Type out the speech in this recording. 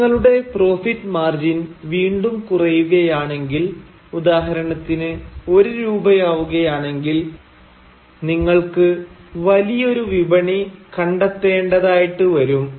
നിങ്ങളുടെ profit margin വീണ്ടും കുറയുകയാണെങ്കിൽ ഉദാഹരണത്തിന് 1 രൂപ ആവുകയാണെങ്കിൽ നിങ്ങൾക്ക് വലിയൊരു വിപണി കണ്ടെത്തേണ്ടതായിട്ട് വരും